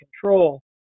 control